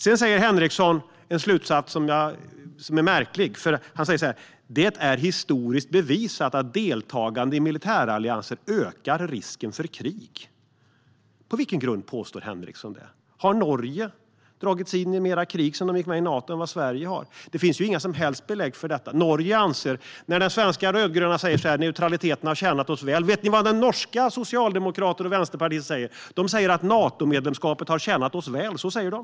Sedan drar Henriksson en slutsats som är märklig. Han säger att det är historiskt bevisat att deltagande i militärallianser ökar risken för krig. På vilken grund påstår Henriksson det? Har Norge dragits in i krig mer än Sverige sedan man gick med i Nato? Det finns ju inga som helst belägg för detta. När de svenska rödgröna säger att neutraliteten har tjänat oss väl, vet ni vad norska socialdemokrater och vänsterpartister säger? De säger att Natomedlemskapet har tjänat dem väl. Så säger de.